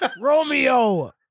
Romeo